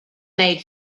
made